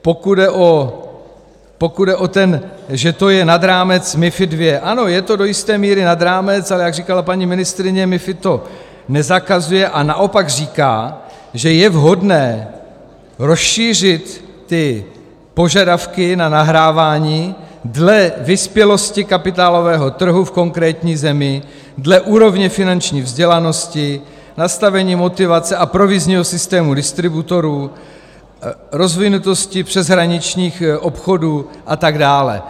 Pokud jde o to, že to je nad rámec MiFID II, ano, je to do jisté míry nad rámec, ale jak říkala paní ministryně, MiFID to nezakazuje, a naopak říká, že je vhodné rozšířit požadavky na nahrávání dle vyspělosti kapitálového trhu v konkrétní zemi, dle úrovně finanční vzdělanosti, nastavení motivace a provizního systému distributorů, rozvinutosti přeshraničních obchodů a tak dále.